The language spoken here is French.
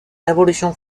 révolution